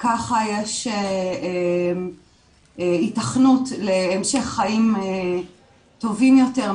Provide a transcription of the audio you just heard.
ככה יש היתכנות להמשך חיים טובים יותר,